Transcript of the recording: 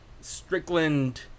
Strickland